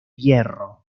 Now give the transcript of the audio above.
hierro